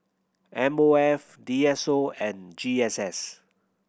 M O F D S O and G S S